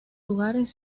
lugares